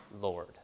Lord